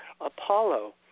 Apollo